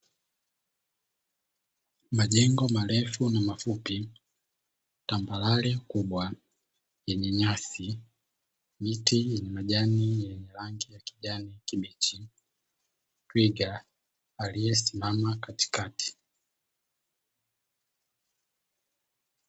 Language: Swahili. Majengo marefu na mafupi, tambarare kubwa yenye nyasi, miti na majani yenye rangi ya kijani kibichi na twiga aliyesimama katikati.